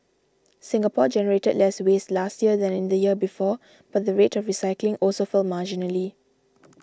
Singapore generated less waste last year than in the year before but the rate of recycling also fell marginally